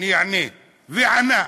אני אענה, וענה.